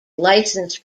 licensed